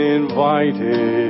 invited